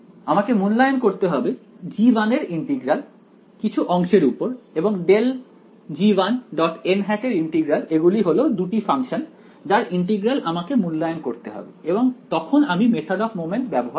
আমাকে মূল্যায়ন করতে হবে g1 এর ইন্টিগ্রাল কিছু অংশের উপর এবং ∇g1 এর ইন্টিগ্রাল এগুলি হল দুটি ফাংশন যার ইন্টিগ্রাল আমাকে মূল্যায়ন করতে হবে এবং তখন আমি মেথড অফ মমেন্টস ব্যবহার করব